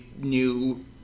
new